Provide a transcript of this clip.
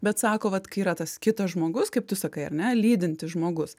bet sako vat kai yra tas kitas žmogus kaip tu sakai ar ne lydintis žmogus